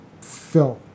film